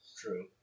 True